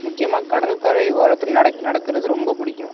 முக்கியமாக கடற்கரை ஓரத்தில் நட நடக்கிறது ரொம்ப பிடிக்கும்